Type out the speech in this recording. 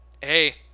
hey